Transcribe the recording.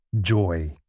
Joy